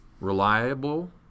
reliable